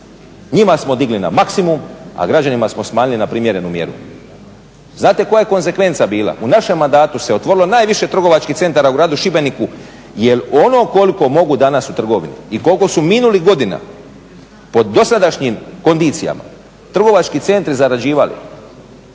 Njima smo digli na maksimum a građanima smo smanjili na privremenu mjeru. Znate koja je konzekvenca bila, u našem mandatu se otvorilo najviše trgovačkih centara u gradu Šibeniku jer ono koliko mogu danas u trgovini i koliko su minuli godina po dosadašnjim kondicijama trgovački centri zarađivali.